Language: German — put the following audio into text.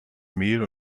mehl